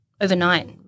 overnight